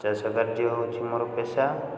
ଚାଷ କାର୍ଯ୍ୟ ହେଉଛି ମୋର ପେଶା